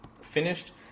finished